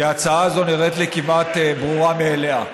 כי ההצעה הזו נראית לי כמעט ברורה מאליה.